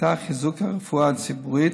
שתכליתן חיזוק הרפואה הציבורית,